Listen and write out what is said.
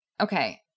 okay